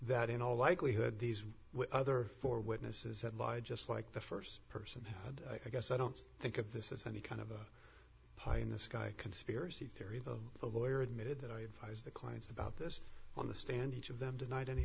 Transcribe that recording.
that in all likelihood these other four witnesses had lied just like the st person had i guess i don't think of this as any kind of a pie in the sky conspiracy theory of the lawyer admitted that i advise the clients about this on the stand each of them denied any